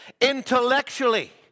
intellectually